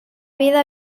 vida